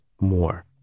more